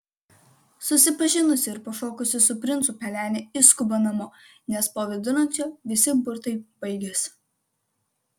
susipažinusi ir pašokusi su princu pelenė išskuba namo nes po vidurnakčio visi burtai baigiasi